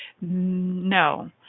No